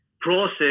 process